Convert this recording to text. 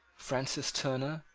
francis turner,